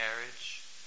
marriage